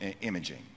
imaging